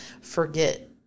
forget